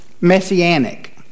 messianic